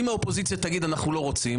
אם האופוזיציה תגידי: אנחנו לא רוצים,